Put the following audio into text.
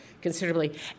considerably